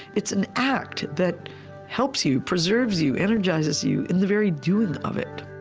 it's an act that helps you, preserves you, energizes you in the very doing of it